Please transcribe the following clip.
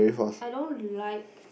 I don't like